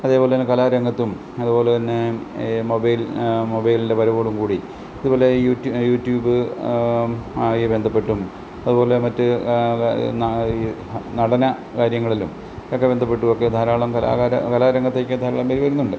അതേപോലെത്തന്നെ കലാരംഗത്തും അതുപോലെത്തന്നെ ഈ മൊബൈൽ മൊബൈലിൻ്റെ വരവോടുകൂടി ഇതുപോലെ യൂട്യൂബ് ആയി ബന്ധപ്പെട്ടും അതുപോലെ മറ്റ് നടന കാര്യങ്ങളിലും ഒക്കെ ബന്ധപ്പെട്ടുമൊക്കെ ധാരാളം കലാകാര കലാരംഗത്തേക്ക് ധാരാളം പേർ വരുന്നുണ്ട്